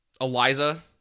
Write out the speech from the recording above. Eliza